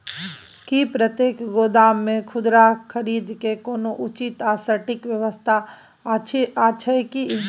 की प्रतेक गोदाम मे खुदरा खरीद के कोनो उचित आ सटिक व्यवस्था अछि की?